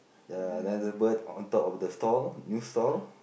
ya there's a bird on top of the store new store